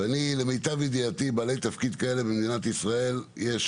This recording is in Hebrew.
למיטב ידיעתי בעלי תפקיד כאלה במדינת ישראל יש